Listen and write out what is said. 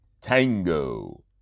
Tango